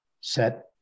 set